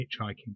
hitchhiking